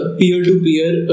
peer-to-peer